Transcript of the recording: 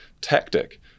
tactic